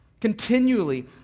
continually